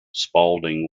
spalding